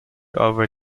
over